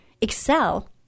excel